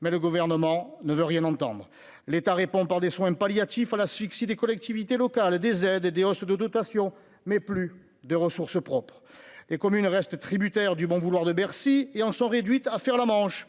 mais le gouvernement ne veut rien entendre l'État répond par des soins palliatifs à l'asphyxie des collectivités locales et des aides et des hausses de dotation, mais plus de ressources propres et comme il ne reste tributaire du bon vouloir de Bercy et en sont réduites à faire la manche,